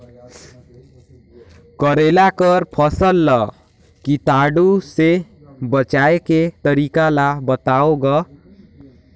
करेला कर फसल ल कीटाणु से बचाय के तरीका ला बताव ग?